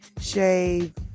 shave